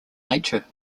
nature